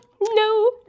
no